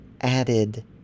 added